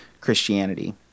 Christianity